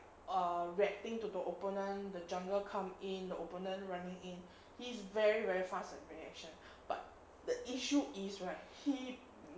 err reacting to the opponent the jungler come in the opponent running in he's very very fast reaction but the issue is right he